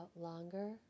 Longer